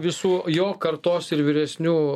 visų jo kartos ir vyresnių